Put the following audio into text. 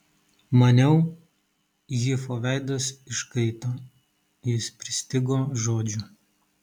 maniau hifo veidas iškaito jis pristigo žodžių